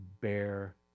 bear